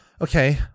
Okay